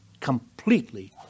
completely